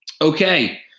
Okay